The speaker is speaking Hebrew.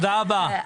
תודה רבה.